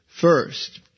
First